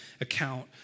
account